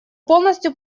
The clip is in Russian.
полностью